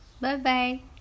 Bye-bye